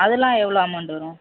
அதெல்லாம் எவ்வளோ அமௌண்டு வரும்